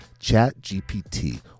ChatGPT